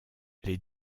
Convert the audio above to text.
les